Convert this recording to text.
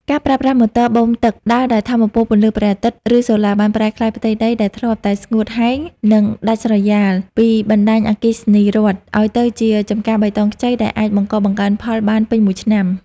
ការប្រើប្រាស់ម៉ូទ័របូមទឹកដើរដោយថាមពលពន្លឺព្រះអាទិត្យ ឬសូឡា បានប្រែក្លាយផ្ទៃដីដែលធ្លាប់តែស្ងួតហែង និងដាច់ស្រយាលពីបណ្ដាញអគ្គិសនីរដ្ឋ ឱ្យទៅជាចម្ការបៃតងខ្ចីដែលអាចបង្កបង្កើនផលបានពេញមួយឆ្នាំ។